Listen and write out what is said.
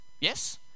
yes